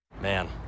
Man